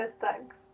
thanks